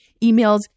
emails